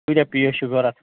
کۭتیاہ پیٖس چھِ ضوٚرَتھ